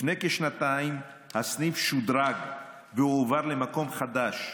לפני כשנתיים הסניף שודרג והועבר למקום חדש,